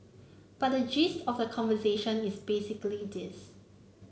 but the gist of the conversation is basically this